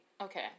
okay